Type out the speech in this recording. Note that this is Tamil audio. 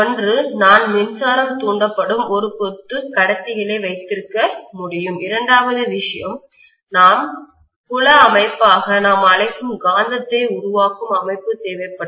ஒன்று நான் மின்சாரம் தூண்டப்படும் ஒரு கொத்து கடத்திகளை வைத்திருக்க முடியும் இரண்டாவது விஷயம் நான் புல அமைப்பாக நாம் அழைக்கும் காந்தத்தை உருவாக்கும் அமைப்பு தேவைப்படும்